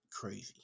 Crazy